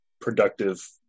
productive